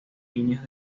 líneas